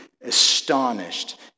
astonished